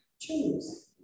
Choose